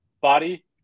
body